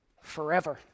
forever